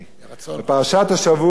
חלק מהפסוקים.